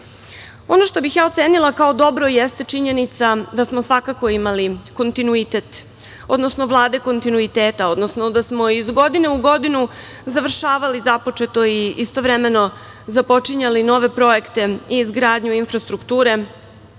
što bih ja ocenila kao dobro jeste činjenica da smo svakako imali kontinuitet odnosno Vlade kontinuiteta, odnosno da smo iz godine u godinu završavali započeto i istovremeno započinjali nove projekte i izgradnju infrastrukture